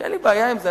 ואין לי בעיה עם זה,